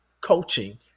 coaching